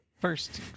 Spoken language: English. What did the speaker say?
first